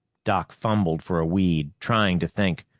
doc fumbled for a weed, trying to think.